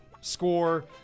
score